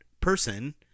person